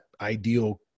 ideal